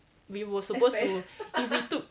we were supposed to if we took